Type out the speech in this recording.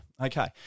Okay